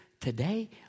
Today